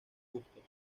bustos